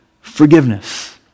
Forgiveness